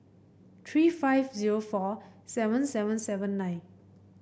three five zero four seven seven seven nine